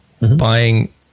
buying